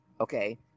okay